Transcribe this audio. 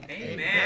Amen